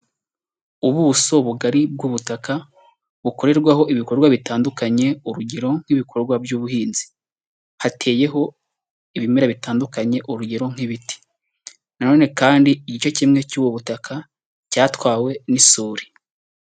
Ubuso bugari bw'ubutaka bukorerwaho ibikorwa bitandukanye, urugero nk'ibikorwa by'ubuhinzi, hateyeho ibimera bitandukanye urugero nk'ibiti na none kandi igice kimwe cy'ubu butaka cyatwawe n'isuri.